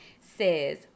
says